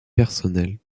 personnelle